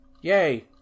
Yay